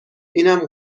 اینم